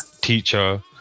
teacher